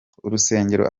urusengero